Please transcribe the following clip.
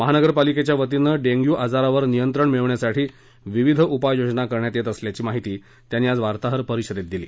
महापालिकेच्या वतीनं डेंग्यू आजारावर नियंत्रण मिळवण्यासाठी विविध उपाययोजना करण्यात येत असल्याची माहिती त्यांनी आज वार्ताहर परिषदेत दिली